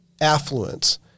affluence